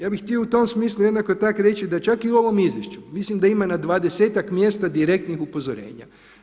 Ja bih htio u tom smislu jednako tako reći da čak i u ovom izvješću mislim da ima na 20-ak mjesta direktnih upozorenja.